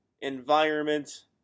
environment